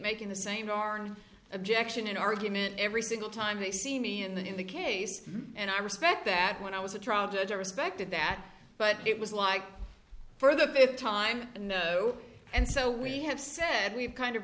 making the same darn objection in argument every single time they see me in the case and i respect that when i was a trial judge i respected that but it was like for the fifth time no and so we have said we've kind of